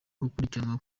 gukurikiranwa